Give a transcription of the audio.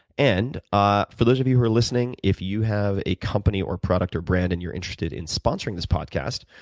and ah for those of you who are listening, if you have a company or product or brand and you're interesting in sponsoring this podcast,